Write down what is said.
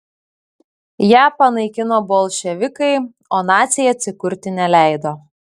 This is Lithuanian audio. ją panaikino bolševikai o naciai atsikurti neleido